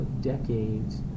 decades